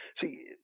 See